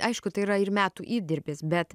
aišku tai yra ir metų įdirbis bet